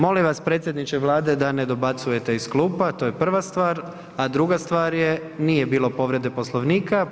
Molim vas predsjedniče Vlade da ne dobacujete iz klupa, to je prva stvar, a druga stvar je nije bilo povrede Poslovnika.